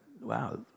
wow